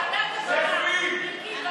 עבודה ורווחה.